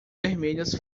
vermelhas